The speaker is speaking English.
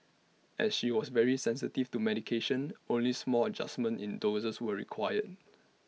as she was very sensitive to medications only small adjustments in doses were required